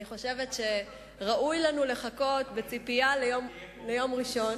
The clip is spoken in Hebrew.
אני חושבת שראוי לנו לחכות בציפייה ליום ראשון,